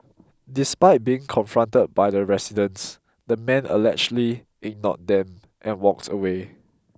despite being confronted by the residents the man allegedly ignored them and walked away